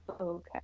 Okay